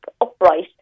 upright